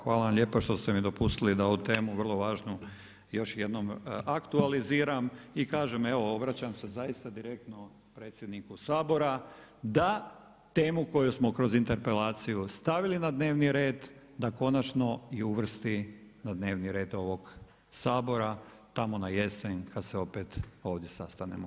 Hvala vam lijepa što ste mi dopustili da ovu tremu vrlo važnu, još jednom aktualiziram i kažem, evo obraćam se zaista direktno predsjedniku Sabora, da temu koju smo kroz interpelaciju stavili na dnevni red, da konačno i uvrsti na dnevni red ovog Sabora, tamo na jesen kad se opet ovdje sastanemo.